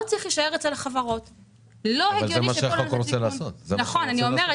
ואני רואה